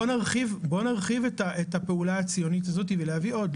בואו נרחיב את הפעולה הציונית הזו ונביא עוד.